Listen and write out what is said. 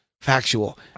factual